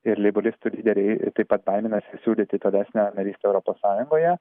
ir leiboristų lyderiai taip pat baiminasi siūlyti tolesnę narystę europos sąjungoje